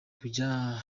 kujya